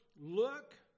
Look